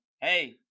Hey